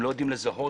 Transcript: הם לא יודעים לזהות